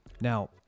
Now